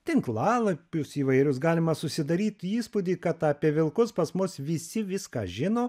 tinklalapius įvairius galima susidaryt įspūdį kad apie vilkus pas mus visi viską žino